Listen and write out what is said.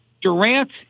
Durant